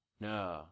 No